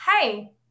hey